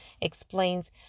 explains